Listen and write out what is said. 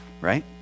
right